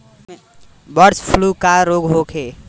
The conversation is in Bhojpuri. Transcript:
बडॅ फ्लू का रोग होखे?